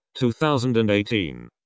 2018